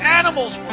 animals